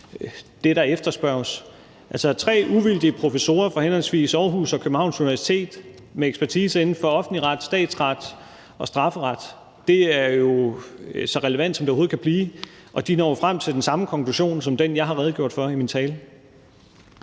det, der efterspørges – altså, tre uvildige professorer fra henholdsvis Aarhus Universitet og Københavns Universitet med ekspertise inden for offentlig ret, statsret og strafferet; det er jo så relevant, som det overhovedet kan blive. Og de når frem til den samme konklusion som den, jeg har redegjort for i min tale.